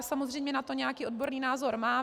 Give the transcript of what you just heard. Samozřejmě na to nějaký odborný názor mám.